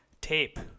tape